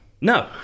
No